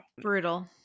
Brutal